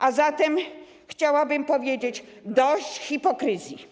A zatem chciałabym powiedzieć: dość hipokryzji.